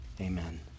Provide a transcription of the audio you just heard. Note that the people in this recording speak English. Amen